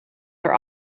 are